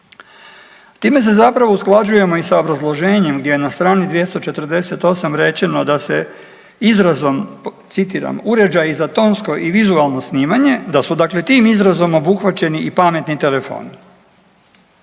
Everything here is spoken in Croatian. Time se zapravo usklađujemo i sa obrazloženjem gdje je na str. 248 rečeno da se izrazom, citiram, uređaj za tonsko i vizualno snimanje, da su dakle tim izrazom obuhvaćeni i pametni telefoni.